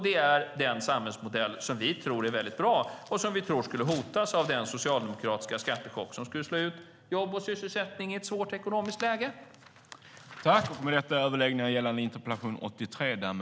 Det är den samhällsmodell vi tror är väldigt bra och som vi tror skulle hotas av den socialdemokratiska skattechock som skulle slå ut jobb och sysselsättning i ett svårt ekonomiskt läge.